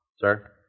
sir